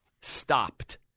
stopped